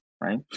Right